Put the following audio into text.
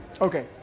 okay